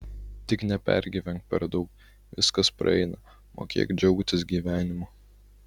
tik nepergyvenk per daug viskas praeina mokėk džiaugtis gyvenimu